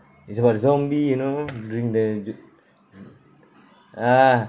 it's about zombie you know during the th~ ah